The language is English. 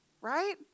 right